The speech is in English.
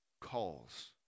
calls